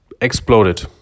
exploded